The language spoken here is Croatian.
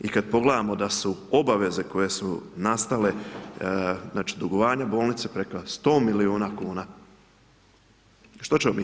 I kad pogledamo da su obaveze koje su nastale, znači dugovanja bolnice preko 100 milijuna kn. što ćemo mi?